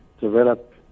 develop